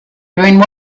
during